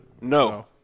no